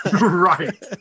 Right